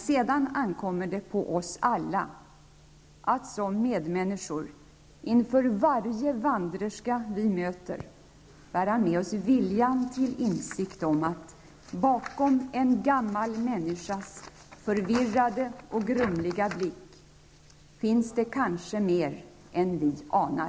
Sedan ankommer det på oss alla, att som medmänniskor inför varje ''vandrerska'' vi möter, bära med oss viljan till insikt om att bakom en gammal människas förvirrade och grumliga blick finns det kanske mer än vi anar.